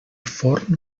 forn